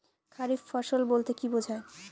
খারিফ ফসল বলতে কী বোঝায়?